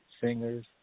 singers